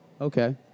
okay